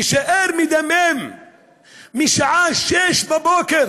יישאר מדמם משעה 06:00, בבוקר,